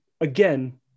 again